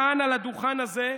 כאן, על הדוכן הזה.